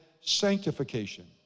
sanctification